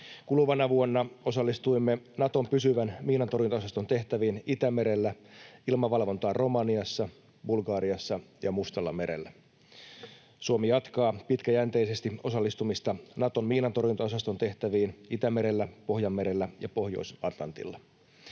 Kuluvana vuonna osallistuimme Naton pysyvän miinantorjuntaosaston tehtäviin Itämerellä ja ilmavalvontaan Romaniassa, Bulgariassa ja Mustallamerellä. Suomi jatkaa pitkäjänteisesti osallistumista Naton miinantorjuntaosaston tehtäviin Itämerellä, Pohjanmerellä ja Pohjois-Atlantilla.